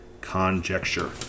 conjecture